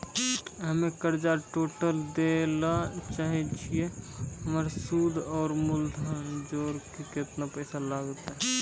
हम्मे कर्जा टोटल दे ला चाहे छी हमर सुद और मूलधन जोर के केतना पैसा लागत?